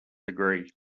degree